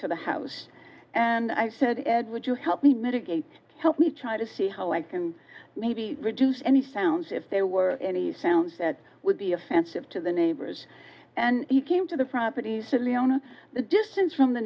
to the house and i said ed would you help me mitigate help me try to see how i can maybe reduce any sounds if there were any sounds that would be offensive to the neighbors and he came to the properties to liana the distance from the